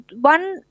one